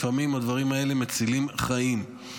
לפעמים הדברים האלה מצילים חיים.